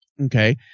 Okay